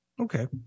Okay